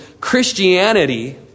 Christianity